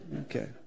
Okay